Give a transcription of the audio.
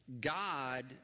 God